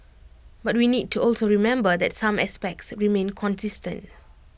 but we need to also remember that some aspects remain consistent